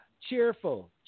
cheerful